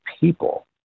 people